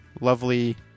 lovely